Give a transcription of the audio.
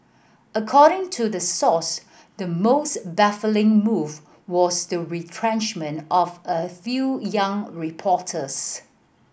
according to the source the most baffling move was the retrenchment of a few young reporters